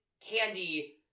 Candy